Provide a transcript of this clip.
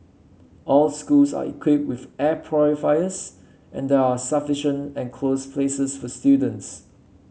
all schools are equipped with air purifiers and there are sufficient enclosed places for students